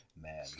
Man